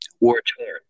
War-torn